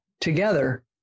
together